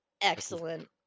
Excellent